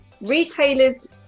Retailers